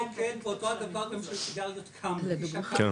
כן, גם כן מת.